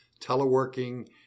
teleworking